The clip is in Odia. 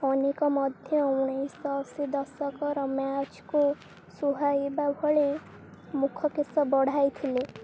ଅନେକ ମଧ୍ୟ ଉଣେଇଶି ଶହ ଅଶୀ ଦଶକର ମ୍ୟାଚ୍କୁ ସୁହାଇବା ଭଳି ମୁଖ କେଶ ବଢ଼ାଇଥିଲେ